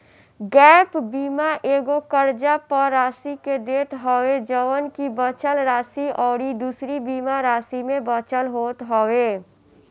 gap बीमा एगो कर्जा पअ राशि के देत हवे जवन की बचल राशि अउरी दूसरी बीमा राशि में बचल होत हवे